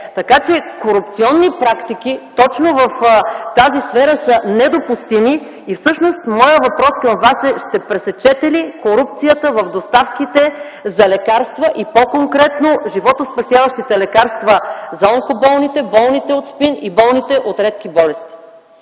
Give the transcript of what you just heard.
оцелее. Корупционни практики точно в тази сфера са недопустими и всъщност моят въпрос към Вас е: ще пресечете ли корупцията в доставките за лекарства и по-конкретно животоспасяващите лекарства за онкоболните, болните от СПИН и болните от редки болести?